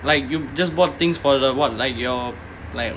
like you just bought things for the what like your like